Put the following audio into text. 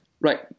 Right